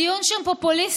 הדיון שם פופוליסטי,